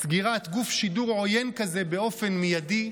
סגירת גוף שידור עוין כזה באופן מיידי,